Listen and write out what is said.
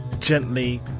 gently